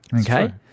okay